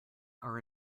are